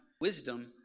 Wisdom